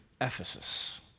Ephesus